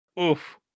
Oof